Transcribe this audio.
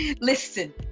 Listen